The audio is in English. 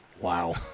Wow